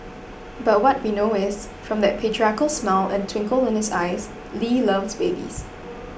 but what we know is from that patriarchal smile and twinkle in his eyes Lee loves babies